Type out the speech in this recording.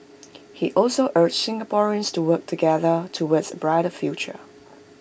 he also urged Singaporeans to work together towards A brighter future